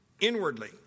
inwardly